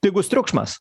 pigus triukšmas